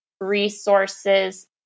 resources